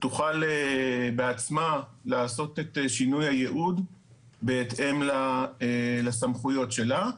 תוכל בעצמה לעשות את שינוי הייעוד בהתאם לסמכויות שלה,